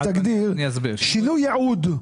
שינוי יעוד.